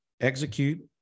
execute